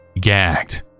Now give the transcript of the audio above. gagged